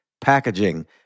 packaging